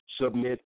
submit